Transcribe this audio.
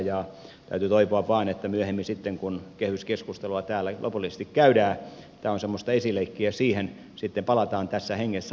täytyy toivoa vain että myöhemmin sitten kun kehyskeskustelua täällä lopullisesti käydään tämä on semmoista esileikkiä siihen palataan tässä hengessä asiaan